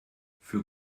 für